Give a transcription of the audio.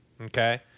Okay